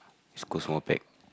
East-Coast more pack